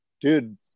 dude